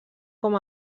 com